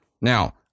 Now